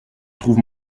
trouve